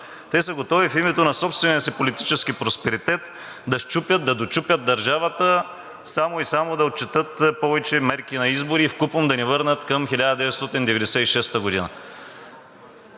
Те са готови в името на собствения си политически просперитет да счупят, да дочупят държавата, само и само да отчетат повече мерки на избори и вкупом да ни върнат към 1996 г.